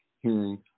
hearing